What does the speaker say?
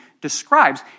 describes